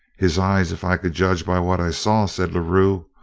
his eyes, if i could judge by what i saw, said la rue,